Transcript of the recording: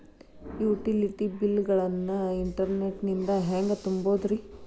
Utility bill ಗಳನ್ನ internet ನಿಂದ ಹೆಂಗ್ ತುಂಬೋದುರಿ?